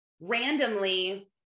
randomly